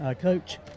Coach